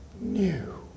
new